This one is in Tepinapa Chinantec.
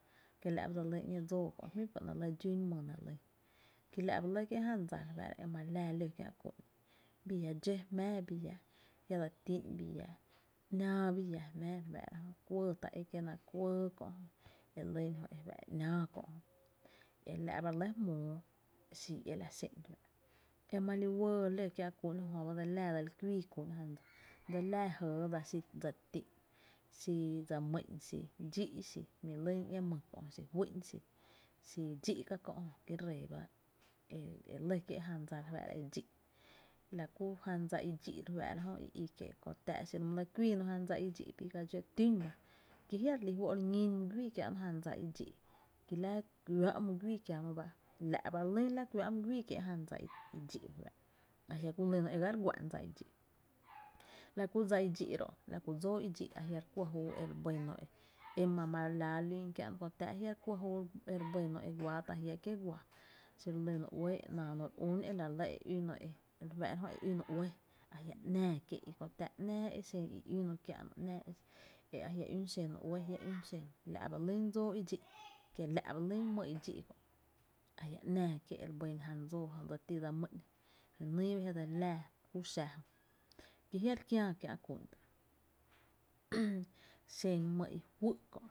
KIe la’ ba dse lyn ‘ñee dsoo kö’ jmí’ biga ‘nɇɇ’ lii dxún my nɇ dse lyn, ki la’ ba lɇ kié’ jan dsa re fáá’ra e ma li láa ló kiä’ kú’n bii llá dxó jmää bi llá ‘nⱥⱥ bi llá jmⱥⱥ re fáá’ra jö kuɇɇ ta é kienáá’ kuɇɇ kö’ jö elyn jö e fá’ e ‘náá kö’ jö e la’ ba re lɇ jmoo xii’ e la xé’n jö, e ma li uɇɇ jö e lo kiä’ ku’n jö ba dse li laa dse li kuii kú’n jan dsa dse lilaa jɇɇ dsa xi dse ti’n, xi dse m’y’n, xi dxí’ xi jmí’ lyn ñéé my, xi dxí’, xi fý’n xi kie ree ba e lɇ kie´’ jan dsa e dxí’, la ku jandsa i dxí’ re faá’ra jö i i kie’ kö táá’ xiro my lɇ kuiino jan dsa i dxí’ bii ga dxó tün ba ki jia’ re lí fó’ re ñin my güii kiä’no jan dsa i dxí’ ki la kuä’ my güii kiäno ba, la’ ba lyn la kuⱥⱥ’ my güii kié’ jan dsa i dxí’ a jia’ ku lyno e ga re gu’an dsa i dxí’, la ku dsa i dxí’ ro’ la ku dsóo i dxí’ a jia’ re kuɇ juu e re bɇ no e, ema’ ma re láá e lún kiä’no kö táá’ jia’ re kuɇ juu e re bɇeno eguaa ta jiáá’ kie’ guaa xiro lyno uɇɇ e ‘naano re ún e la lɇ e üno e üno uɇɇ, kö táá’ ‘nⱥⱥ e xen i üno kiä’no e jia’ üno uɇɇ la’ ba lyn dsoo i dxí’ kiela’ ba lyn my i dxí’ kö’ a jia’ ‘naa e re bɇn jan dsoo e dse ti’n dse mý’n, je nyy ba dse li laa júu xa jö ki jia’ re kiää kiä’ kú’n.